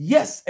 Yes